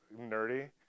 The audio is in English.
nerdy